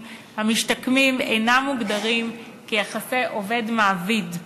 המשתקמים אינם מוגדרים כיחסי עובד מעביד.